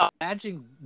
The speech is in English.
Imagine